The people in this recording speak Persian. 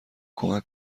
کمک